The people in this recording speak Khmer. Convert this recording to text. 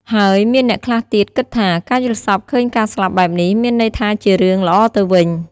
ហើយមានអ្នកខ្លះទៀតគិតថា ការយល់សប្តិឃើញការស្លាប់បែបនេះ មានន័យថាជារឿងល្អទៅវិញ។